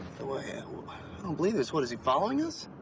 yeah um i don't believe this. what, is he following us?